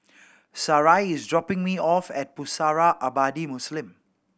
Sarai is dropping me off at Pusara Abadi Muslim